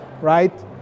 right